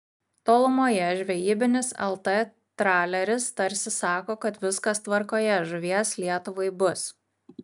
tolumoje žvejybinis lt traleris tarsi sako kad viskas tvarkoje žuvies lietuvai bus